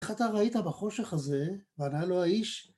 איך אתה ראית בחושך הזה, וענה לו האיש